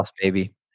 baby